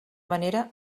manera